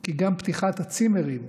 כי גם פתיחת הצימרים,